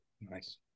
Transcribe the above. Nice